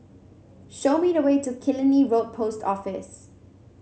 show me the way to Killiney Road Post Office